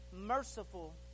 merciful